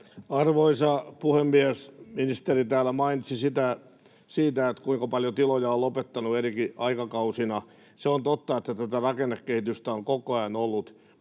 Arvoisa puhemies! Ministeri täällä mainitsi siitä, kuinka paljon tiloja on lopettanut eri aikakausina. Se on totta, että tätä rakennekehitystä on koko ajan ollut,